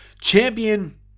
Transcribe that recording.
champion